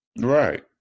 Right